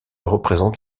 représente